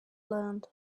learned